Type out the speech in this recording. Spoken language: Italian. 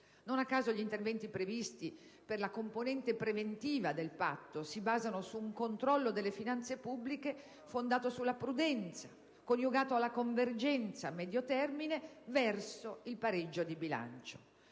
Non a caso, gli interventi previsti per la componente preventiva del Patto si basano su un controllo delle finanze pubbliche fondato sulla prudenza, coniugato alla convergenza a medio termine verso il pareggio di bilancio.